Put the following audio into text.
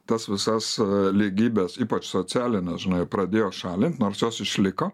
tas visas lygybes ypač socialines žinai pradėjo šalint nors jos išliko